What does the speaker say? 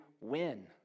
win